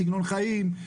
סגנון חיים,